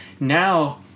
Now